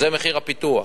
זה מחיר הפיתוח.